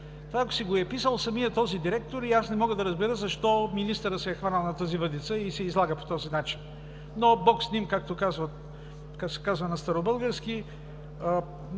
Това, ако си го е писал самият този директор… Аз не мога да разбера защо министърът се е хванал на тази въдица и се излага по този начин, но „Бог с нами“, както се казва на старобългарски.